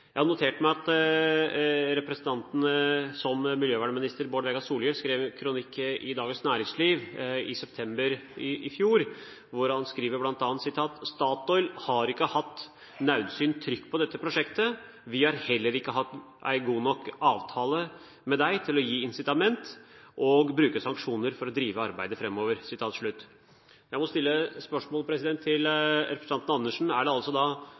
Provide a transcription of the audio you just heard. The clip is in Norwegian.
har notert meg at representanten Bård Vegar Solhjell – som miljøvernminister – skrev en kronikk i Dagens Næringsliv i september i fjor. Der skrev han bl.a.: «Statoil har ikkje hatt naudsynt trykk på dette prosjektet. Vi har heller ikkje hatt ein god nok avtale med dei til å gje incitament, og bruke sanksjonar, for å drive arbeidet framover.» Jeg må stille dette spørsmålet til representanten Andersen: Er det da